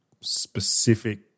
specific